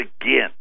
again